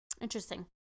Interesting